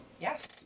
yes